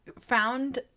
found